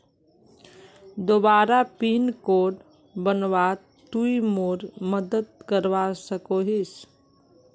दोबारा pin code बनवात तुई मोर मदद करवा सकोहिस?